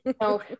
No